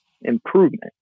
improvement